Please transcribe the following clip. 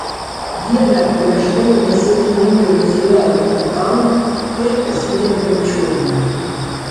dieną prieš tai nesėkmingai nusileidau nuo kalno ir pasitempiau čiurną